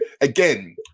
again